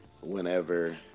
whenever